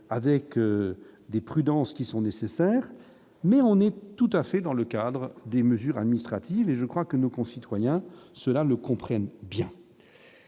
avec des prudences qui sont nécessaires, mais on est tout à fait dans le cadre des mesures administratives et je crois que nos concitoyens cela le comprennent bien.